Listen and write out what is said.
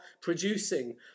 producing